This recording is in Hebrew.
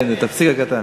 כן, את הפסיק הקטן.